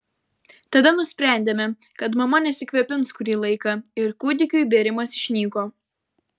tada nusprendėme kad mama nesikvėpins kurį laiką ir kūdikiui bėrimas išnyko